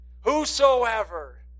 Whosoever